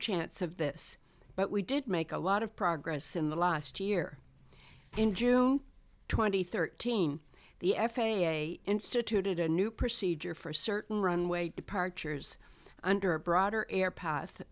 chance of this but we did make a lot of progress in the last year in june twenty thirty the f a a instituted a new procedure for certain runway departures under a broader air path